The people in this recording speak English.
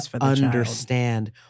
understand